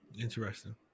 Interesting